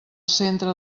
centre